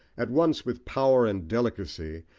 at once with power and delicacy,